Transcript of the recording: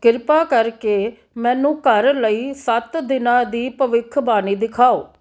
ਕਿਰਪਾ ਕਰਕੇ ਮੈਨੂੰ ਘਰ ਲਈ ਸੱਤ ਦਿਨਾਂ ਦੀ ਭਵਿੱਖਬਾਣੀ ਦਿਖਾਓ